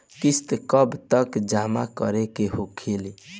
किस्त कब तक जमा करें के होखी?